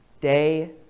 day